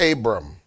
Abram